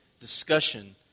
discussion